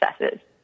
successes